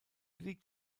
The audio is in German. liegt